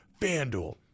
FanDuel